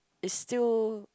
it's still